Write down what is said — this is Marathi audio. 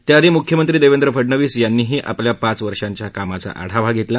त्याआधी मुख्यमंत्री देवेंद्र फडणवीस यांनीही आपल्या पाच वर्षाच्या कामांचा आढावा घेतला